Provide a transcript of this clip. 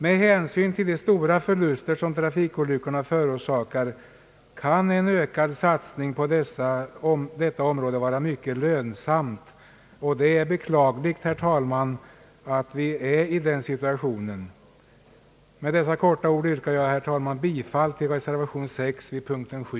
Med hänsyn till de stora förluster som trafikolyckorna förorsakar, kan en ökad satsning på detta område vara mycket lönsam. Det är beklagligt, herr talman, att vi är i den situationen. Med dessa ord yrkar jag i korthet, herr talman, bifall till reservationen vid punkten 7.